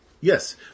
yes